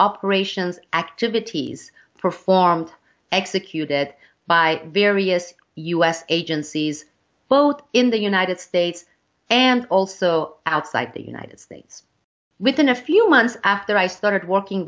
operations activities performed executed by various u s agencies both in the united states and also outside the united states within a few months after i started working